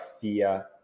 fear